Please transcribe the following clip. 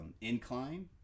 incline